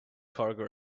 cargo